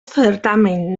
certamen